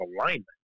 alignment